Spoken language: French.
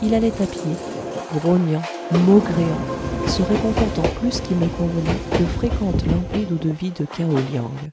il allait à pied grognant maugréant se réconfortant plus qu'il ne convenait de fréquentes lampées d'eau-de-vie de kao liang